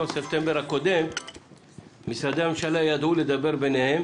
בספטמבר הקודם משרדי הממשלה ידעו לדבר ביניהם